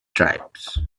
tribes